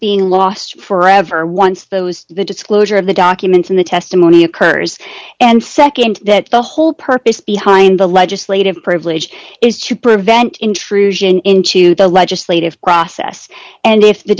being lost forever once those the disclosure of the documents in the testimony occurs and nd that the whole purpose behind the legislative privilege is to prevent intrusion into the legislative process and if the